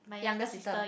younger sister